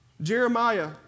Jeremiah